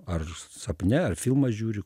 ar sapne ar filmą žiūriu